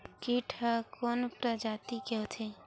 कीट ह कोन प्रजाति के होथे?